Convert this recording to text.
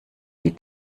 die